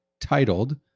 titled